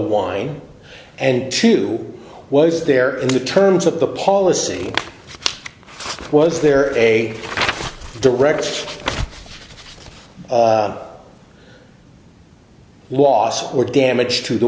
wine and two was there in the terms of the policy was there a direct loss or damage to the